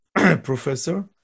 professor